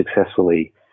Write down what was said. successfully